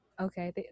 okay